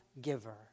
giver